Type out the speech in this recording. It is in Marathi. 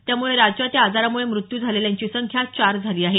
त्यामुळे राज्यात या आजारामुळे मृत्यू झालेल्यांची संख्या चार झाली आहे